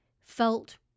Felt